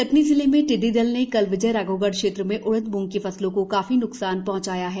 कटनी ज़िले में टिड्डी दल ने कल विजयराघवगढ क्षेत्र में उडद मूंग की फसलो को न्कसान पहंचाया है